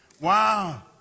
Wow